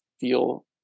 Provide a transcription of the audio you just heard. feel